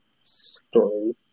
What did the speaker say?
Story